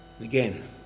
Again